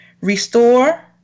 Restore